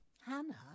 Hannah